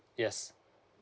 yes